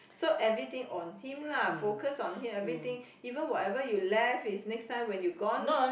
so everything on him lah focus on him everything even whatever you left is next time when you gone